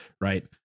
right